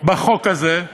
בחוק הזה,